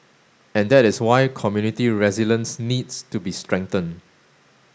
and that is why community resilience needs to be strengthened